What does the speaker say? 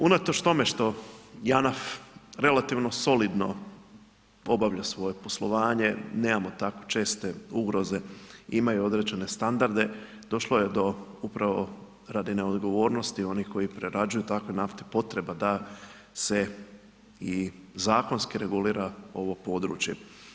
Unatoč tome što JANAF relativno solidno obavlja svoje poslovanje, nemamo tako česte ugroze, imaju određene standarde, došlo je do upravo radi neodgovornosti onih koji prerađuju takve nafte potreba da se i zakonski regulira ovo područje.